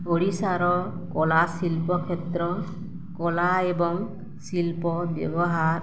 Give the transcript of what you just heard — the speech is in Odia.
ଓଡ଼ିଶାର କଳାଶିଳ୍ପ କ୍ଷେତ୍ର କଳା ଏବଂ ଶିଳ୍ପ ବ୍ୟବହାର